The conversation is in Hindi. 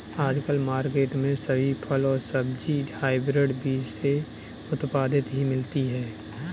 आजकल मार्केट में सभी फल और सब्जी हायब्रिड बीज से उत्पादित ही मिलती है